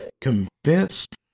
convinced